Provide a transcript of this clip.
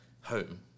home